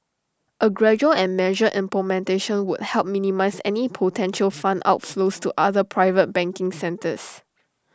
A gradual and measured implementation would help minimise any potential fund outflows to other private banking centres